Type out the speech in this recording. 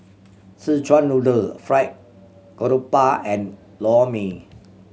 Szechuan Noodle Fried Garoupa and Lor Mee